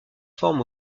forme